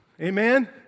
Amen